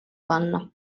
panna